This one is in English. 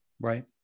right